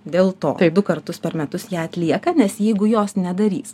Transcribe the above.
dėl to tai du kartus per metus ją atlieka nes jeigu jos nedarys